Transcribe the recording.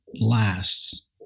Lasts